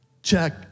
Check